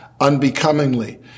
unbecomingly